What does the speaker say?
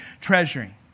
treasuring